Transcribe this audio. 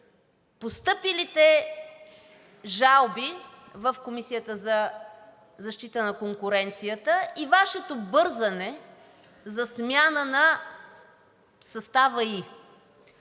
постъпилите жалби в Комисията за защита на конкуренцията и Вашето бързане за смяна на състава ѝ.